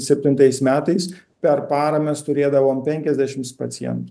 septintais metais per parą mes turėdavom penkiasdešimt pacientų